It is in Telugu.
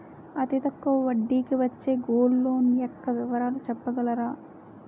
అతి తక్కువ వడ్డీ కి వచ్చే గోల్డ్ లోన్ యెక్క వివరాలు చెప్పగలరా?